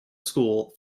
school